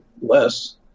less